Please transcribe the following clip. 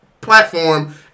platform